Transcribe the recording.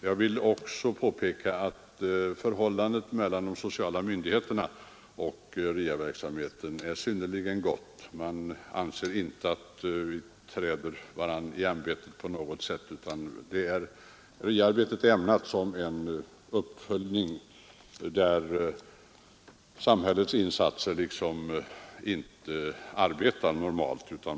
Jag vill också påpeka att förhållandet mellan de sociala myndigheterna och RIA-verksamheten är synnerligen gott. Man anser inte att man faller varandra i ämbetet på något sätt, utan RIA-arbetet är ämnat som en uppföljning där samhällets insatser liksom inte verkar på normalt sätt.